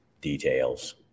details